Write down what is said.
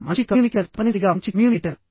మంచి కమ్యూనికేటర్ తప్పనిసరిగా మంచి కమ్యూనికేటర్